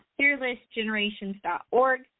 fearlessgenerations.org